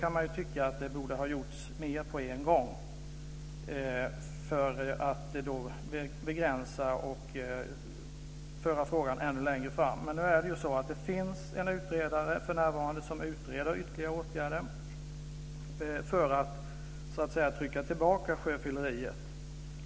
Man kan ju tycka att det borde ha gjorts mer på en gång för att begränsa det här och föra frågan ännu längre fram. Men det finns för närvarande en utredare som utreder ytterligare åtgärder för att så att säga trycka tillbaka sjöfylleriet.